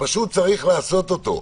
פשוט צריך לעשות אותו.